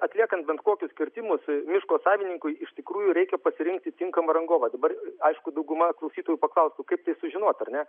atliekant bent kokius kirtimus miško savininkui iš tikrųjų reikia pasirinkti tinkamą rangovą dabar aišku dauguma klausytojų paklaustų kaip tai sužinot ar ne